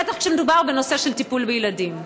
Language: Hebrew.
בטח כשמדובר בנושא של טיפול בילדים.